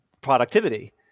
productivity